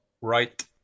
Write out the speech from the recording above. right